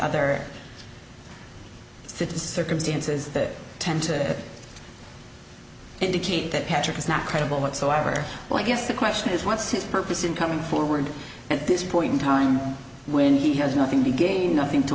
other cities circumstances that tend to indicate that patrick is not credible whatsoever well i guess the question is what's his purpose in coming forward at this point in time when he has nothing to gain nothing to